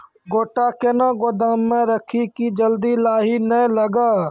गोटा कैनो गोदाम मे रखी की जल्दी लाही नए लगा?